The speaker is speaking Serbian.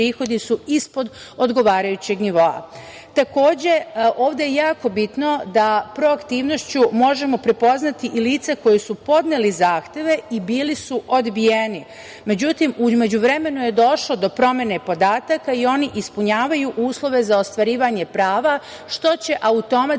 ispod odgovarajućeg nivoa. Takođe, ovde je jako bitno da proaktivnošću možemo prepoznati i lica koja su podnela zahteve i bili su odbijeni, međutim, u međuvremenu je došlo do promene podataka i oni ispunjavaju uslove za ostvarivanje prava, što će automatski